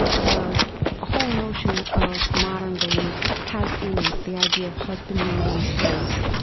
the whole notion of modern belief has in it the idea of husbanding one's faith,